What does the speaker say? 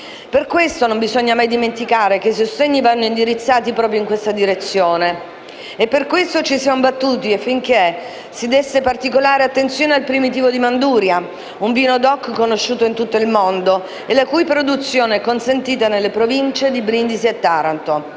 Per questo, non bisogna mai dimenticare che i sostegni vanno indirizzati proprio in questa direzione. E per questo ci siamo battuti affinché si desse particolare attenzione al Primitivo di Manduria, un vino DOC conosciuto in tutto il mondo, la cui produzione è consentita nelle Province di Brindisi e Taranto.